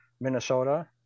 Minnesota